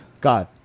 God